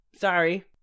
Sorry